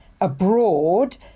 abroad